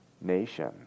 nation